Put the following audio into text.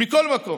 מכל מקום.